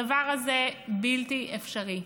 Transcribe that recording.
הדבר הזה בלתי אפשרי.